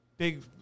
Big